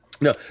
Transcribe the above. No